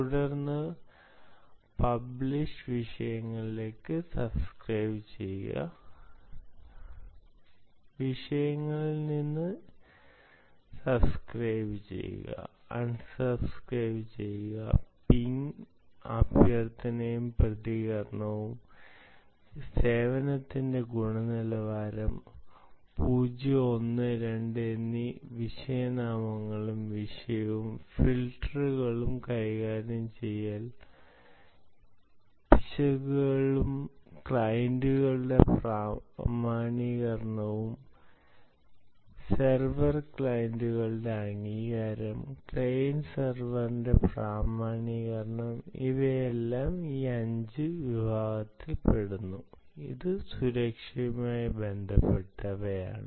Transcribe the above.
തുടർന്ന് പബ്ലിഷ് വിഷയങ്ങളിലേക്ക് സബ്സ്ക്രൈബുചെയ്യുക വിഷയങ്ങളിൽ നിന്ന് സബ്സ്ക്രൈബുചെയ്യുക അൺസബ്സ്ക്രൈബുചെയ്യുക പിംഗ് അഭ്യർത്ഥനയും പ്രതികരണവും സേവനത്തിന്റെ ഗുണനിലവാരം 0 1 2എന്നീ വിഷയ നാമങ്ങളും വിഷയവും ഫിൽട്ടറുകളും കൈകാര്യം ചെയ്യൽ പിശകുകളും ക്ലയന്റുകളുടെ പ്രാമാണീകരണവും സെർവർ ക്ലയന്റുകളുടെ അംഗീകാരം ക്ലയന്റ് സെർവറിന്റെ പ്രാമാണീകരണം ഇവയെല്ലാം ഈ 5 വിഭാഗത്തിൽ പെടുന്നു അത് സുരക്ഷയുമായി ബന്ധപ്പെട്ടവയാണ്